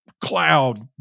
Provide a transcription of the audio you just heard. cloud